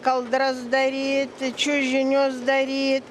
kaldras daryti čiužinius daryt